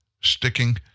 sticking